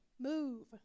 Move